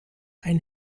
ein